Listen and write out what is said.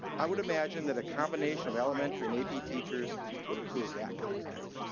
i would imagine that a combination of elementary and ap teachers would approve that contract.